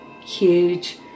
huge